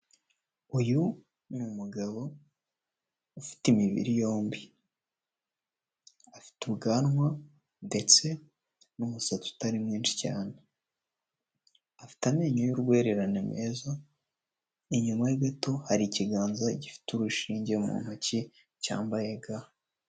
Uyu ni mugabo ufite imibiri yombi, afite ubwanwa ndetse n'umusatsi utari mwinshi cyane, afite amenyo y'urwererane meza, inyuma ye gato hari ikiganza gifite urushinge mu ntoki cyambaye ga.